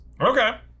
Okay